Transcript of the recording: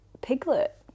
piglet